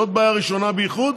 זאת בעיה ראשונה, באיחוד.